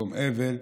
יום אבל,